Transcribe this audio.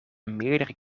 meerdere